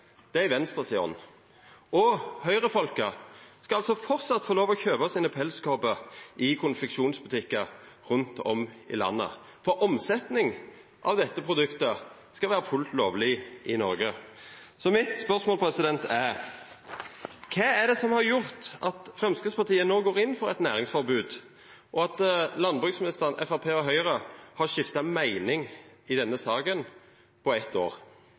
det er i Venstres ånd. Og Høgre-folka skal altså framleis få lov til å kjøpa pelskåpene sine i konfeksjonsbutikkar rundt om i landet, for omsetning av dette produktet skal vera fullt ut lovleg i Noreg. Så mitt spørsmål er: Kva er det som har gjort at Framstegspartiet no går inn for eit næringsforbod, og at landbruksministeren, Framstegspartiet og Høgre på eitt år har skifta meining i denne saka?